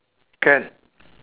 can